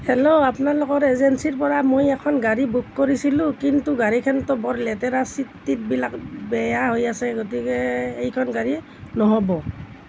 hello আপোনালোকৰ এজেঞ্চীৰ পৰা মই এখন গাড়ী বুক কৰিছিলোঁ কিন্ত গাড়ীখনতো বৰ লেতেৰা ছিট টিটবিলাক বেয়া হৈ আছে গতিকে এইখন গাড়ী নহ'ব